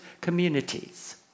communities